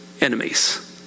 enemies